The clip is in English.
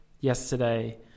yesterday